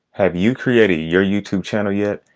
have you created your youtube channel yet?